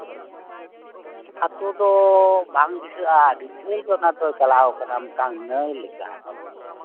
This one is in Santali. ᱟᱛᱳ ᱫᱚ ᱵᱟᱝ ᱫᱤᱥᱟᱹᱜᱼᱟ ᱟᱹᱰᱤ ᱡᱷᱟᱹᱞ ᱚᱱᱟ ᱫᱚ ᱪᱟᱞᱟᱣ ᱠᱟᱱᱟ ᱱᱟᱹᱭ ᱞᱮᱠᱟ